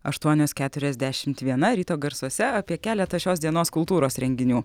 aštuonios keturiasdešimt viena ryto garsuose apie keletą šios dienos kultūros renginių